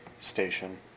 station